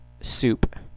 soup